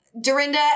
Dorinda